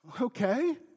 Okay